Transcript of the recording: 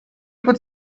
could